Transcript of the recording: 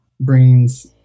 brains